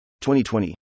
2020